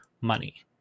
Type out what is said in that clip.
money